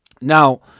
Now